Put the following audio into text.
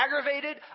aggravated